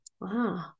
wow